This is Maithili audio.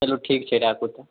चलु ठीक छै राखु तऽ